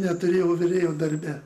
neturėjau virėjo darbe